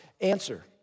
answer